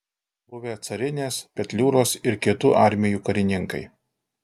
buvę carinės petliūros ir kitų armijų karininkai